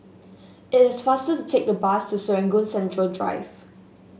it is faster to take the bus to Serangoon Central Drive